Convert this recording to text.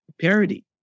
parody